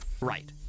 Right